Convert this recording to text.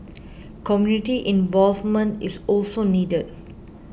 community involvement is also needed